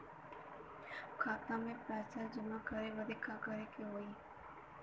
खाता मे पैसा जमा करे बदे का करे के होई?